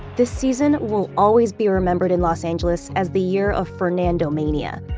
this season will always be remembered in los angeles as the year of fernandomania.